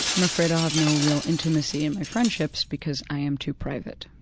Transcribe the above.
i'm afraid i'll have no real intimacy in my friendships because i am too private.